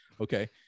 Okay